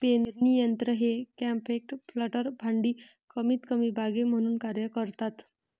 पेरणी यंत्र हे कॉम्पॅक्ट प्लांटर भांडी कमीतकमी बागे म्हणून कार्य करतात